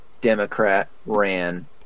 Democrat-ran